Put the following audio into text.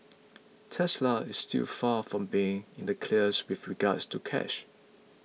Tesla is still far from being in the clear with regards to cash